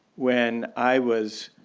when i was